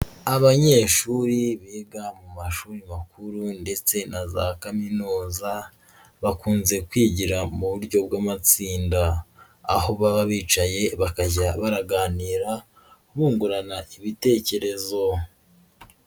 Abanyeshuri biga mu mashuri makuru ndetse na za kaminuza, bakunze kwigira mu buryo bw'amatsinda, aho baba bicaye bakajya baraganira bungurana ibitekerezo.